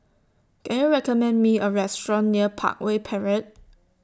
Can YOU recommend Me A Restaurant near Parkway Parade